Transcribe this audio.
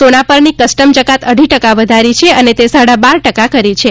સોના પરની કસ્ટમ જકાત અઢી ટકા વધારી છે અને તે સાડા બાર ટકા કરી છે